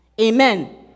Amen